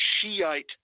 Shiite